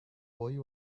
boy